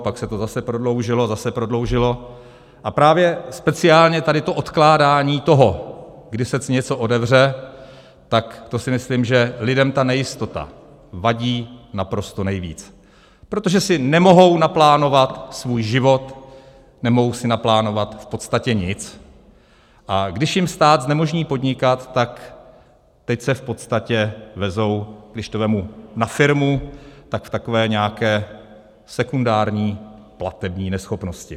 Pak se to zase prodloužilo, zase prodloužilo, a právě speciálně právě to odkládání toho, kdy se tu něco otevře, tak to si myslím, že lidem ta nejistota vadí naprosto nejvíc, protože si nemohou naplánovat svůj život, nemohou si naplánovat v podstatě nic, a když jim stát znemožní podnikat, tak teď se v podstatě vezou, když to vezmu na firmu, v takové nějaké sekundární platební neschopnosti.